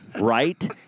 Right